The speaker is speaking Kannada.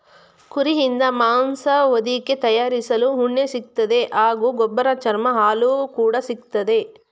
ಕುರಿಯಿಂದ ಮಾಂಸ ಹೊದಿಕೆ ತಯಾರಿಸಲು ಉಣ್ಣೆ ಸಿಗ್ತದೆ ಹಾಗೂ ಗೊಬ್ಬರ ಚರ್ಮ ಹಾಲು ಕೂಡ ಸಿಕ್ತದೆ